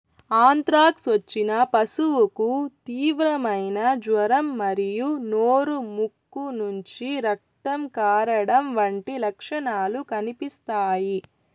anthrax వచ్చిన పశువుకు తీవ్రమైన జ్వరం మరియు నోరు, ముక్కు నుంచి రక్తం కారడం వంటి లక్షణాలు కనిపిస్తాయి